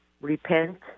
repent